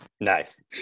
Nice